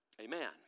amen